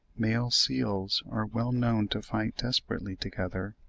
male seals are well known to fight desperately together,